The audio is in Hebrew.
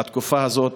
בתקופה הזאת,